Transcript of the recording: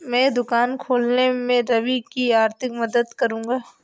मैं दुकान खोलने में रवि की आर्थिक मदद करूंगा